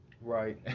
Right